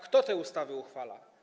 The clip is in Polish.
Kto te ustawy uchwala?